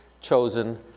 chosen